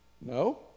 No